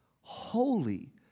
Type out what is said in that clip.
Holy